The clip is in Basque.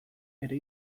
ere